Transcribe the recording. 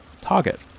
target